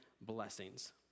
blessings